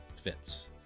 fits